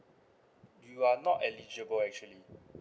you are not eligible actually